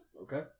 Okay